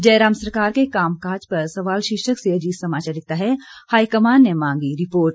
जयराम सरकार के कामकाज पर सवाल शीर्षक से अजीत समाचार लिखता है हाईकमान ने मांगी रिपोर्ट